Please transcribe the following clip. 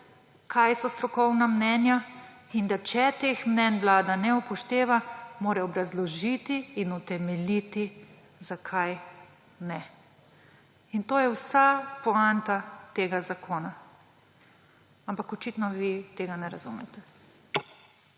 kaj so strokovna mnenja. Če teh mnenj vlada ne upošteva, mora obrazložiti in utemeljiti, zakaj ne. In to je vsa poanta tega zakona. Ampak očitno vi tega ne razumete.